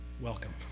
welcome